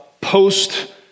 post